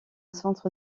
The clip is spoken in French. centre